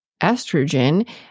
estrogen